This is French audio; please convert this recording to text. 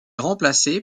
remplacé